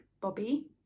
bobby